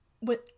with-